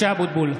(קורא בשמות חברי הכנסת) משה אבוטבול,